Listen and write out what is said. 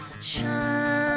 Shine